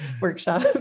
workshop